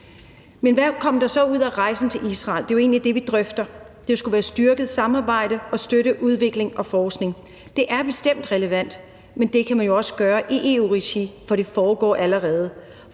Men hvad kom der så ud af rejsen til Israel? Det er jo egentlig det, vi drøfter. Det skulle være et styrket samarbejde og for at støtte udvikling og forskning. Det er bestemt relevant, men det kan man jo også gøre i EU-regi, for det foregår allerede.